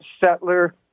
settler